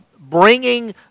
bringing